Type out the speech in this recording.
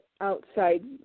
outside